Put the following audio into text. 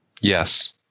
Yes